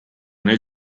nel